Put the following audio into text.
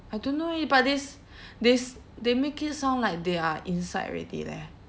I don't know eh but they s~ they s~ they make it sound like they are inside already leh